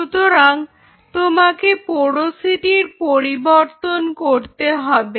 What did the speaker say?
সুতরাং তোমাকে পোরোসিটির পরিবর্তন করতে হবে